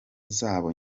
zabo